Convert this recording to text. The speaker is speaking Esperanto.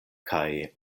kaj